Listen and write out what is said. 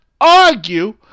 argue